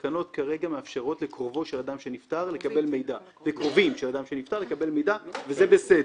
התקנות כרגע מאפשרות לקרובים של אדם שנפטר לקבל מידע וזה בסדר.